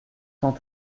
tend